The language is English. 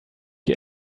you